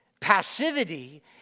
Passivity